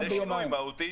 זה שינוי מהותי.